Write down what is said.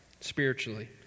spiritually